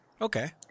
Okay